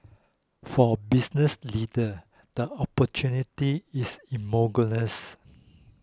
for business leaders the opportunity is